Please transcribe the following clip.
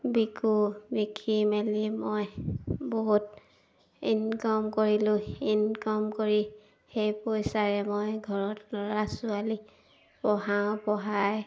বিকোঁ বিকি মেলি মই বহুত ইনকাম কৰিলোঁ ইনকম কৰি সেই পইচাৰে মই ঘৰত ল'ৰা ছোৱালী পঢ়াওঁ পঢ়াই